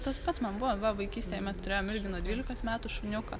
tas pats man buvo va vaikystėj mes turėjom irgi nuo dvylikos metų šuniuką